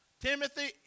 Timothy